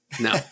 No